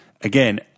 again